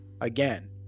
again